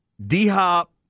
D-Hop